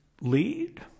lead